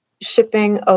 shipping